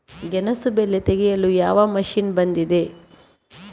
ಗೆಣಸು ಬೆಳೆ ತೆಗೆಯಲು ಯಾವ ಮಷೀನ್ ಬಂದಿದೆ?